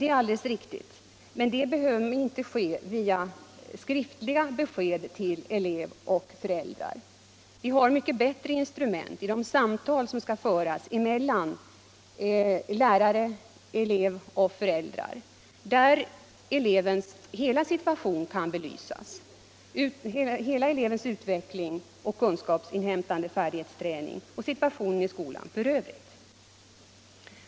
Det är alldeles riktigt, men det behöver inte ske via skriftliga besked till elev och föräldrar. Vi har ett mycket bättre instrument i de samtal som skall föras mellan lärare, elev och föräldrar, där elevens hela situation kan belysas — elevens hela utveckling, kunskapsinhämtande, färdighetsträning och situation i skolan i övrigt.